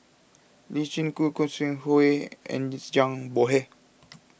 Lee Chin Koon Khoo Sui Hoe and Zhang Bohe